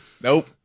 nope